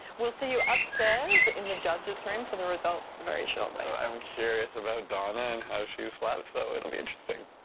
we'll see you upstairs in the judges room for the results results very shortly. i'm curious about donna and how she slept, so it'll be interesting.